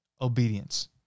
obedience